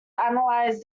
analyzed